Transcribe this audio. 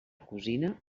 cosina